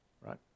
right